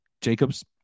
Jacobs